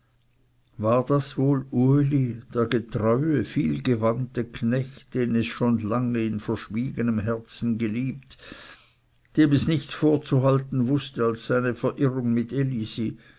war das wohl uli der getreue vielgewandte knecht den es so lange schon in verschwiegenem herzen geliebt dem es nichts vorzuhalten wußte als seine verirrung mit elisi